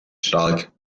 stark